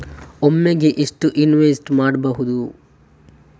ಒಮ್ಮೆಗೆ ಎಷ್ಟು ಇನ್ವೆಸ್ಟ್ ಮಾಡ್ಬೊದು?